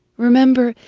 remember,